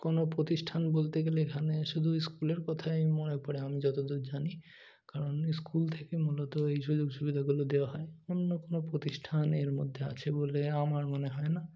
কোনো প্রতিষ্ঠান বলতে গেলে এখানে শুধু স্কুলের কথাই মনে পড়ে আমি যতদূর জানি কারণ স্কুল থেকে মূলত এই সুযোগ সুবিধাগুলো দেওয়া হয় অন্য কোনো প্রতিষ্ঠান এর মধ্যে আছে বলে আমার মনে হয় না